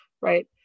right